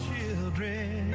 children